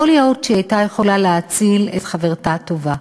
יכול להיות שהיא הייתה יכולה להציל את חברתה הטובה.